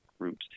groups